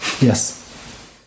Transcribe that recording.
Yes